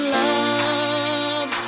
love